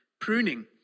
pruning